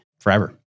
forever